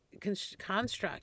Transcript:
construct